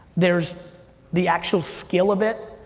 there's the actual skill of it.